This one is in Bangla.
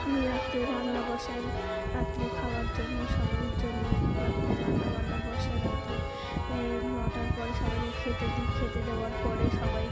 আমি রাত্রের রান্না বসাই রাত্রে খাওয়ার জন্য সবারির জন্য রাত্রে রান্না বান্না বসাই রাত্রে নটার পরে সবাইকে খেতে দিই খেতে দেওয়ার পরে সবাইকে